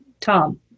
Tom